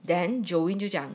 then jolene 就讲